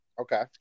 okay